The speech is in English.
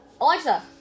Alexa